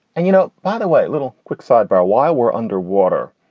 and, you know, by the way, a little quick sidebar, why we're underwater.